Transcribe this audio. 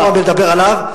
לדבר עליו.